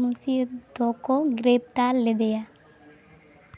ᱢᱩᱥᱭᱟᱹᱫ ᱫᱚᱠᱚ ᱜᱨᱮᱯᱷᱛᱟᱨ ᱞᱮᱫᱮᱭᱟ